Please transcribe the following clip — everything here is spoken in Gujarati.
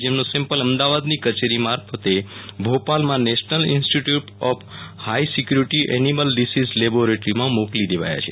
જેમના સેમ્પલ અમદાવાદની કચેરી મારફતે ભોપાલમાં national institute of high security animal disease લેબોરેટરીમાં મોકલી દેવાયા છે